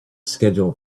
schedule